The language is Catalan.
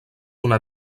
una